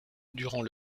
durant